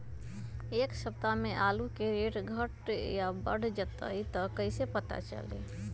एक सप्ताह मे आलू के रेट घट ये बढ़ जतई त कईसे पता चली?